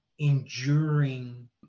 enduring